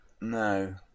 No